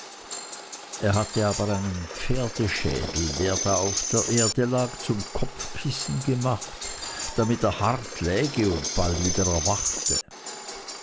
er hatte aber einen pferdeschädel der da auf der erde lag zum kopfkissen gemacht damit er hart läge und bald wieder erwachte